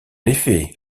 effet